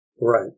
Right